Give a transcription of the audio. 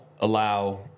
allow